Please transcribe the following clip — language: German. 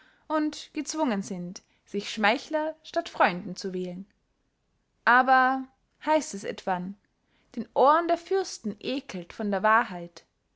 und gezwungen sind sich schmeichler statt freunden zu wählen aber heißt es etwann den ohren der fürsten eckelt von der wahrheit